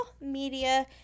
media